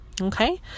okay